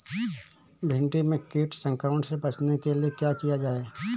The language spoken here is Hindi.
भिंडी में कीट संक्रमण से बचाने के लिए क्या किया जाए?